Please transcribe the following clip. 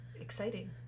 exciting